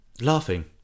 laughing